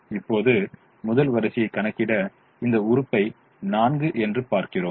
இப்போது முதல் வரிசையைச் கணக்கிட இந்த உறுப்பை 4 என்று பார்க்கிறோம்